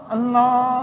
Allah